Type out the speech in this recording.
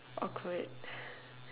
awkward